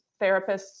therapists